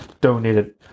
donated